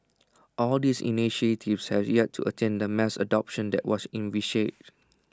all these initiatives has yet to attain the mass adoption that was envisaged